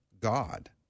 God